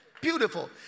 Beautiful